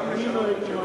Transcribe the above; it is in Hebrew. גם לשנות את שם החוק.